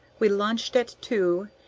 we lunched at two,